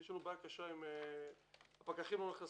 יש לנו בעיה קשה הפקחים לא נכנסים,